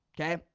okay